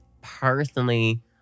personally